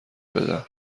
بدن